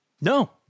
No